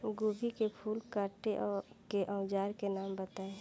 गोभी के फूल काटे के औज़ार के नाम बताई?